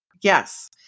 Yes